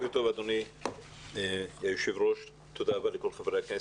בוקר טוב, אדוני היושב-ראש וחברי הכנסת.